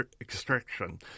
extraction